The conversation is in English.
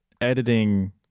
editing